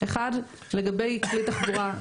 אחד לגבי כלי תחבורה,